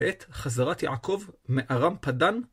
את חזרת יעקב מארם פדן